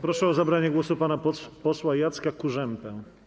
Proszę o zabranie głosu pana posła Jacka Kurzępę.